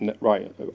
right